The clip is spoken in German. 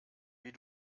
wie